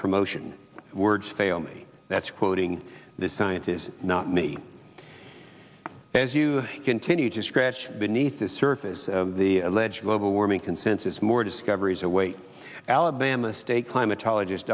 promotion words fail me that's quoting the scientists not me as you continue to scratch beneath the surface of the alleged global warming consensus more discoveries await alabama state climat